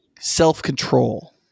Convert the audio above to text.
self-control